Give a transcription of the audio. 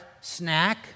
snack